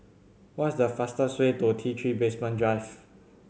what is the fastest way to T Three Basement Drive